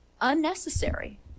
unnecessary